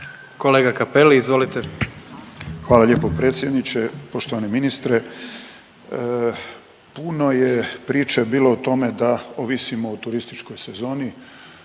**Cappelli, Gari (HDZ)** Hvala lijepo predsjedniče. Poštovani ministre, puno je priče bilo o tome da ovisimo o turističkoj sezoni